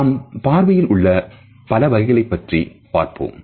நாம் பார்வையில் உள்ள பல வகைகளை பற்றி பார்ப்போம்